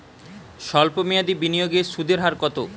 সল্প মেয়াদি বিনিয়োগের সুদের হার কত?